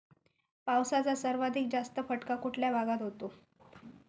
पावसाचा सर्वाधिक जास्त फटका कुठल्या भागात होतो?